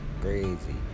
crazy